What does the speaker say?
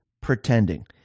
pretending